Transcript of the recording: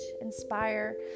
inspire